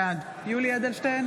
בעד יולי יואל אדלשטיין,